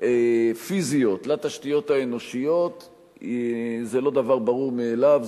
פיזיות לתשתיות האנושיות זה לא דבר ברור מאליו,